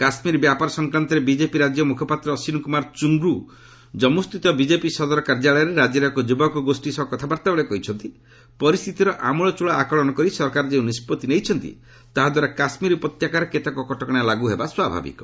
କାଶ୍କାର ବ୍ୟାପାର ସଂକ୍ରାନ୍ତରେ ବିଜେପି ରାଜ୍ୟ ମୁଖପାତ୍ର ଅଶ୍ୱିନୀ କୁମାର ଚ୍ଚୁଙ୍ଗୁ ଜନ୍ମୁସ୍ଥିତ ବିଜେପି ସଦର କାର୍ଯ୍ୟାଳୟରେ ରାଜ୍ୟର ଏକ ଯୁବକ ଗୋଷ୍ଠୀ ସହ କଥାବାର୍ତ୍ତାବେଳେ କହିଛନ୍ତି ପରିସ୍ଥିତିର ଆମ୍ବଳଚ୍ଚଳ ଆକଳନ କରି ସରକାର ଯେଉଁ ନିଷ୍ପଭି ନେଇଛନ୍ତି ତାହାଦ୍ୱାରା କାଶ୍ମୀର ଉପତ୍ୟକାରେ କେତେକ କଟକଶା ଲାଗୁ ହେବା ସ୍ୱାଭାବିକ